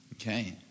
Okay